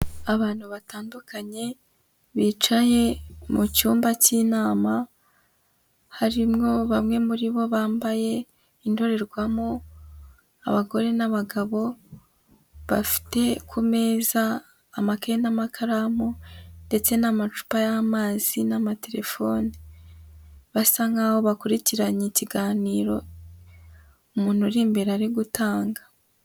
Abantu batandukanye bicaye mu cyumba cy'inama harimo bamwe muri bo bambaye indorerwamo, abagore n'abagabo bafite ku meza amakaye n'amakaramu ndetse n'amacupa y'amazi n'amatelefone, basa nk'aho bakurikiranye ikiganiro umuntu uri imbere ari gutanga.